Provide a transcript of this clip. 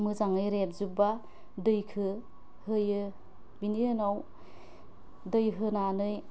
मोजाङै रेबजोब्बा दैखो होयो बिनि उनाव दै होनानै